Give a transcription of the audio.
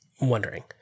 wondering